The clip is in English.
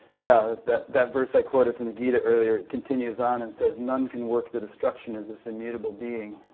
yeah, that that verse i quoted from the gita earlier continues on and says, none can work the destruction of this immutable being.